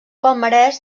palmarès